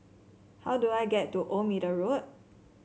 how do I get to Old Middle Road